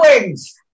wings